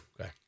Okay